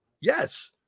yes